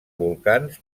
volcans